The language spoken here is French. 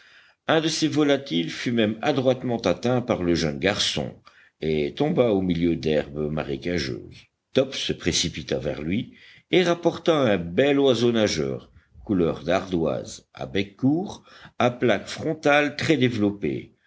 un de ces volatiles fut même adroitement atteint par le jeune garçon et tomba au milieu d'herbes marécageuses top se précipita vers lui et rapporta un bel oiseau nageur couleur d'ardoise à bec court à plaque frontale très développée